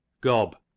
gob